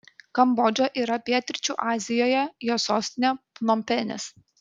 kambodža yra pietryčių azijoje jos sostinė pnompenis